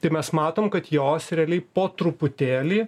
tai mes matom kad jos realiai po truputėlį